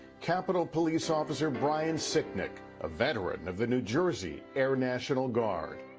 capitol police officer brian sicknick, a veteran of the new jersey air national guard.